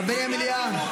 חברי המליאה,